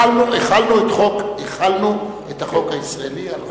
החלנו את החוק הישראלי על רמת-הגולן.